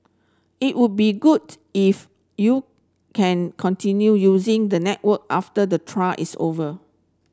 it would be good if you can continue using the network after the trial is over